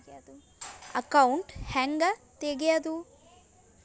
Account ಹ್ಯಾಂಗ ತೆಗ್ಯಾದು?